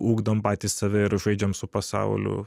ugdom patys save ir žaidžiam su pasauliu